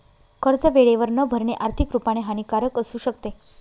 कर्ज वेळेवर न भरणे, आर्थिक रुपाने हानिकारक असू शकते